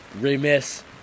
remiss